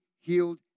healed